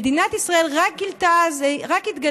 במדינת ישראל רק התגלה אז לווייתן,